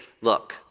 look